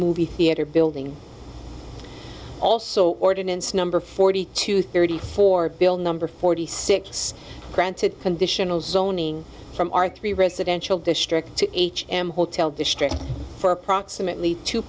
movie theater building also ordinance number forty two thirty four bill number forty six granted conditional zoning from our three residential district h m hotel district for approximately two